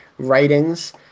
Writings